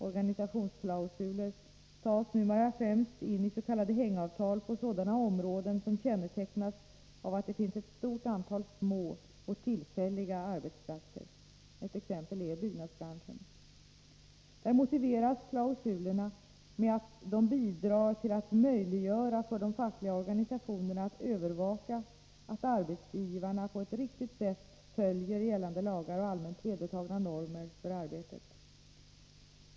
Organisationsklausulen tas numera främst in is.k. hängavtal på sådana områden som kännetecknas av att det finns ett stort antal små och tillfälliga arbetsplatser. Ett exempel är byggnadsbranschen. Där motiveras klausulerna med att de bidrar till att möjliggöra för de fackliga organisationerna att övervaka att arbetsgivarna på ett riktigt sätt följer gällande lagar och allmänt vedertagna normer för arbetet.